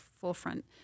forefront